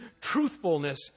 truthfulness